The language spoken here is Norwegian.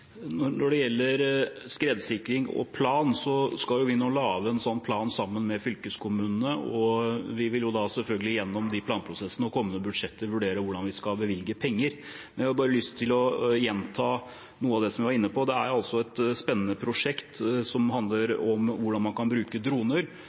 Når det gjelder skredsikring og planer, skal vi nå lage en plan sammen med fylkeskommunene, og vi vil selvfølgelig gjennom de planprosessene og kommende budsjetter vurdere hvordan vi skal bevilge penger. Jeg har bare lyst til å gjenta noe av det jeg var inne på: Det er et spennende prosjekt som handler